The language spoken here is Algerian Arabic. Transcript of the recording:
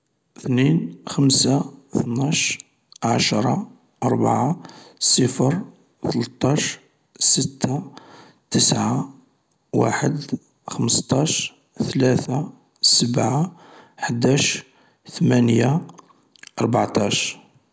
اثنين، خمسة، اثناش، عشرا، ربعا، صفر، ثلطاش، ستة، تسعة، واحد خمسطاش ،ثلاثة، سبعة، احداش، ثمانية، ربعطاش.